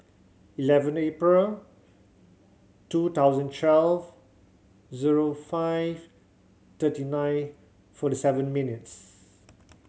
eleven April two thousand twelve zero five thirty nine forty seven minutes